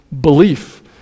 belief